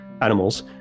animals